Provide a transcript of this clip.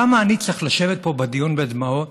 למה אני צריך לשבת פה בדיון בדמעות